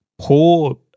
Poor